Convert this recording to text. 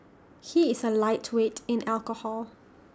he is A lightweight in alcohol